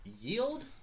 Yield